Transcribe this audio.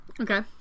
Okay